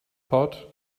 pod